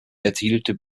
erzielte